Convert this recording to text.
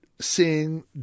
seeing